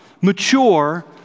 mature